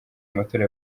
amatora